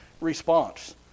response